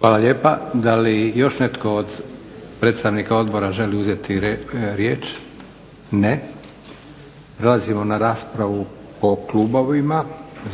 Hvala lijepa. Da li još netko od predstavnika odbora želi uzeti riječ? Ne. Prelazimo na raspravu po klubovima